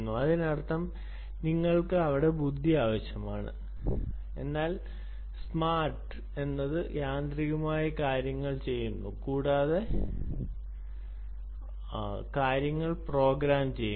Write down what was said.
അതിനർത്ഥം നിങ്ങൾക്ക് അവിടെ ബുദ്ധി ആവശ്യമാണ് എന്നാൽ മിടുക്ക് എന്നത് യാന്ത്രികമായി കാര്യങ്ങൾ ചെയ്യുന്നു കൂടാതെ കാര്യങ്ങൾ പ്രോഗ്രാം ചെയ്യുന്നു